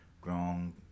grown